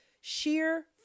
sheer